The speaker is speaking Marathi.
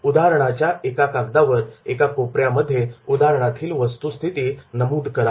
उदाहरणाच्या कागदावर एका कोपऱ्यामध्ये उदाहरणातील वस्तुस्थिती नमूद करा